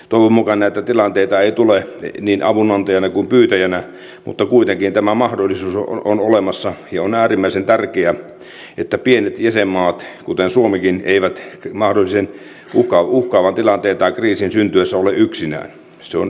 toivon mukaan näitä tilanteita ei tule niin avunantajana kuin pyytäjänäkään mutta kuitenkin tämä mahdollisuus on olemassa ja on äärimmäisen tärkeää että pienet jäsenmaat kuten suomikin eivät mahdollisen uhkaavan tilanteen tai kriisin syntyessä ole yksinään